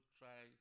try